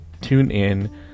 TuneIn